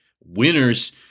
winners